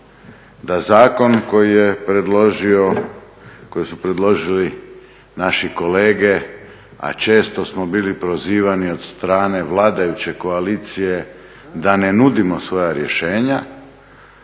da zakon koji su predložili naši kolege, a često smo bili prozivani od strane vladajuće koalicije da ne nudimo svoja rješenja,